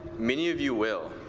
many of you will.